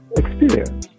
experience